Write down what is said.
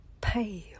pale